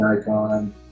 icon